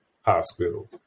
hospital